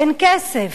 אין כסף,